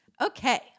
Okay